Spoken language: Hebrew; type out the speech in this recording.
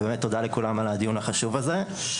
ובאמת תודה לכולם על הדיון החשוב הזה.